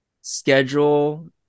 schedule